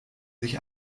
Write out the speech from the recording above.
sich